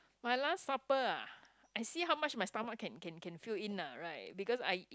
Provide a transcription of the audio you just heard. my last supper ah I see how much my stomach can can can fill in ah right because I